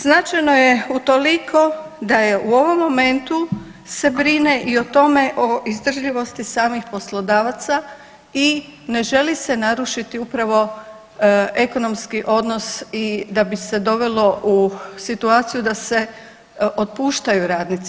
Značajno je utoliko da je u ovom momentu se brine i o tome o izdržljivosti samih poslodavaca i ne želi se narušiti upravo ekonomski odnos i da bi se dovelo u situaciju da se otpuštaju radnici.